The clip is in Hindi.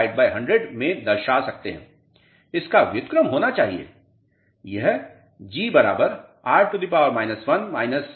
इसका व्युत्क्रम होना चाहिए